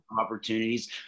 opportunities